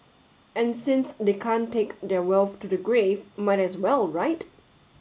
and since they can't take their wealth to the grave might as well right